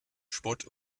spott